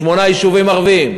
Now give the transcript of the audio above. שמונה יישובים ערביים.